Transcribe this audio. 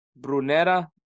Brunera